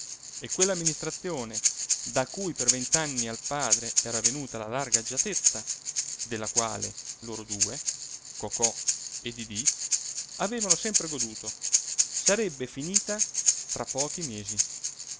e quell'amministrazione da cui per vent'anni al padre era venuta la larga agiatezza della quale loro due cocò e didì avevano sempre goduto sarebbe finita tra pochi mesi